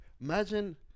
Imagine